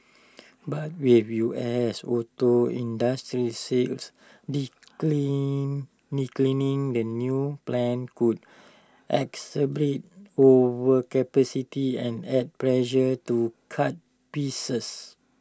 but with U S auto industry sales declining declining the new plant could exacerbate overcapacity and add pressure to cut pieces